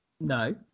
No